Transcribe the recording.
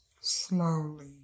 slowly